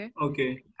okay